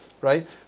right